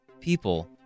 People